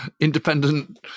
independent